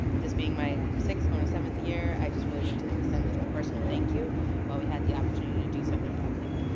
this being my sixth going on seventh year, i just really wanted to extend a personal thank you while we had the opportunity to do so in public.